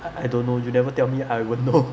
I don't know you never tell me I won't know